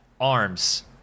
Arms